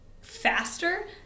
faster